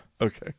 Okay